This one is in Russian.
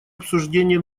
обсуждения